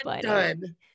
done